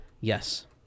Yes